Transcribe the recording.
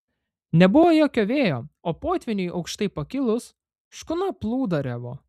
nebuvo jokio vėjo o potvyniui aukštai pakilus škuna plūduriavo